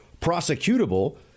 prosecutable